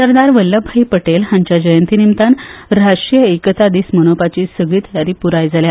सरदार वल्लभभाई पटेल हांचे जयंती निमतान राष्ट्रीय एकता दीस मनोवपाची सगली तयारी पुराय जाल्या